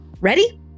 Ready